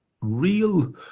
real